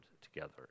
together